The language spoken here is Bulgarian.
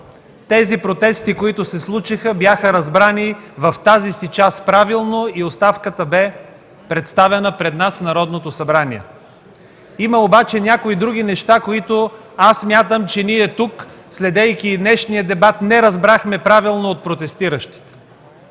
Протестите, които се случиха, бяха разбрани в тази си част правилно и оставката бе представена пред нас в Народното събрание. Има обаче някои други неща, които аз смятам, че ние тук, следейки днешния дебат, не разбрахме правилно от протестиращите.